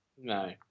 no